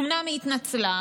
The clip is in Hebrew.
אומנם היא התנצלה,